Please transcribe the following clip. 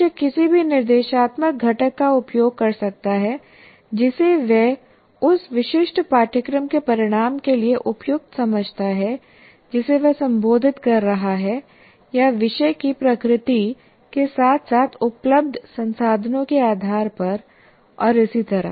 शिक्षक किसी भी निर्देशात्मक घटक का उपयोग कर सकता है जिसे वह उस विशिष्ट पाठ्यक्रम के परिणाम के लिए उपयुक्त समझता है जिसे वह संबोधित कर रहा है या विषय की प्रकृति के साथ साथ उपलब्ध संसाधनों के आधार पर और इसी तरह